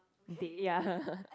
they ya